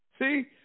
See